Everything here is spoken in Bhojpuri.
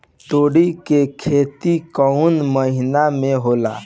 तोड़ी के खेती कउन महीना में होला?